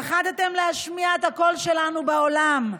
פחדתם להשמיע את הקול שלנו בעולם.